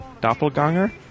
Doppelganger